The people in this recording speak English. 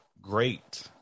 great